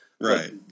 Right